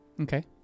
Okay